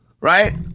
right